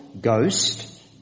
ghost